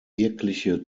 wirkliche